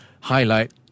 highlight